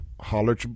holler